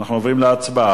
אנחנו עוברים להצבעה.